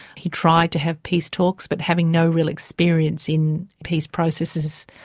he tried to have peace talks, but having no real experience in peace processes,